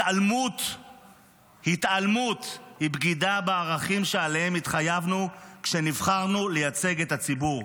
התעלמות היא בגידה בערכים שעליהם התחייבנו כשנבחרנו לייצג את הציבור,